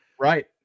Right